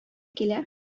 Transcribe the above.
килә